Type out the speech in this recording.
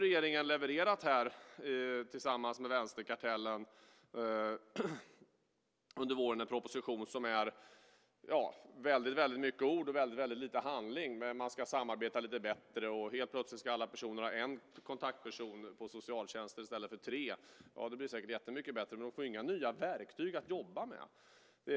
Regeringen har tillsammans med vänsterkartellen under våren levererat en proposition som är väldigt mycket ord och väldigt lite handling. Man ska samarbeta lite bättre, och helt plötsligt ska alla personer ha en kontaktperson på socialtjänsten i stället för tre. Det blir säkert jättemycket bättre, men de får ju inga nya verktyg att jobba med.